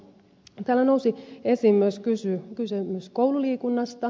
täällä nousi esiin myös kysymys koululiikunnasta